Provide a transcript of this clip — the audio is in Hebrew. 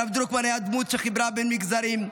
הרב דרוקמן היה דמות שחיברה בין מגזרים,